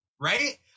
right